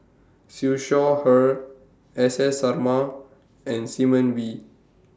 Siew Shaw Her S S Sarma and Simon Wee